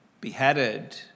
beheaded